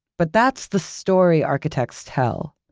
but that's the story architects tell.